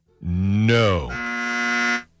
No